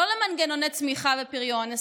לא למנגנוני צמיחה ופריון,